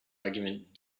argument